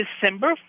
december